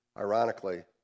Ironically